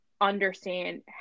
understand